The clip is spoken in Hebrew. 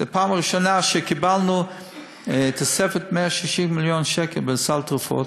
זו פעם ראשונה שקיבלנו תוספת 160 מיליון שקל בסל התרופות.